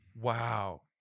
Wow